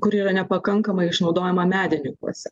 kuri yra nepakankamai išnaudojama medininkuose